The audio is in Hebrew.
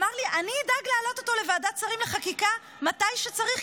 אמר לי: אני אדאג להעלות אותו לוועדת שרים לחקיקה מתי שצריך,